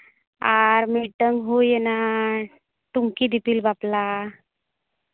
ᱟᱨ ᱢᱤᱫᱴᱟᱱ ᱦᱩᱭ ᱮᱱᱟ ᱴᱩᱝᱠᱤ ᱫᱤᱯᱤᱞ ᱵᱟᱯᱞᱟ